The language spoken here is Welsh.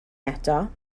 eto